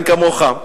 אין כמוך.